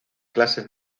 clases